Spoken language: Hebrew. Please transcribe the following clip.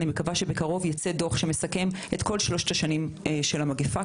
אני מקווה שבקרוב יצא דוח שמסכם את שלוש השנים של המגיפה,